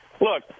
look